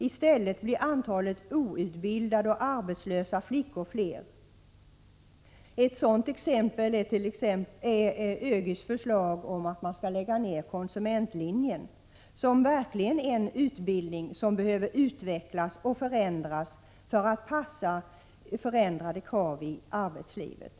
I stället blir antalet outbildade och arbetslösa flickor fler. Ett exempel på sådant handlande är ÖGY:s förslag om nedläggning av konsumentlinjen, som verkligen är en utbildning som behöver utvecklas och förändras för att passa förändrade krav i arbetslivet.